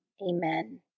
Amen